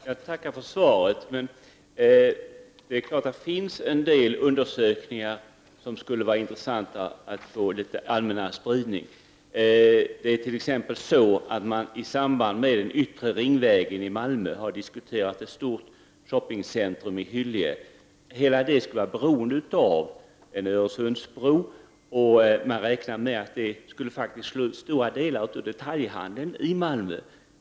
Herr talman! Jag tackar för svaret. Det finns dock en del undersökningar som skulle behöva få litet allmännare spridning. Ett exempel är att man i samband med den yttre ringvägen i Malmö har diskuterat ett stort shoppingcentrum i Hyllie. Det skulle vara beroende av en Öresundsbro. Man räknar med att det faktiskt skulle slå ut stora delar av detaljhandeln i Malmö.